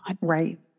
Right